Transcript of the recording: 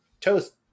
toast